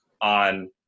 on